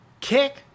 kick